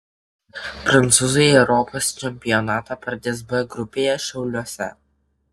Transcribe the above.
prancūzai europos čempionatą pradės b grupėje šiauliuose